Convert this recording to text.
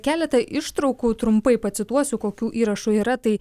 keletą ištraukų trumpai pacituosiu kokių įrašų yra tai